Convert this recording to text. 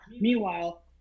Meanwhile